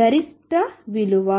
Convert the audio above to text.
గరిష్ట విలువ